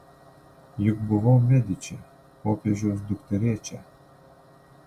juk buvau mediči popiežiaus dukterėčia